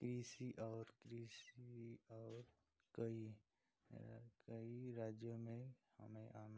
कृषि और कृषि और कोई कई राज्यों में हमें आना